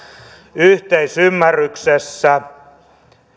yhteisymmärryksessä